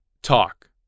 Talk